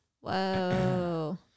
Whoa